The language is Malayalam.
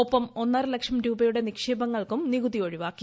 ഒപ്പം ഒന്നരലക്ഷം രൂപയുടെ നിക്ഷേപങ്ങൾക്കും നികുതി ഒഴിവാക്കി